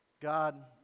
God